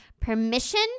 permission